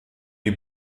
die